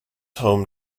home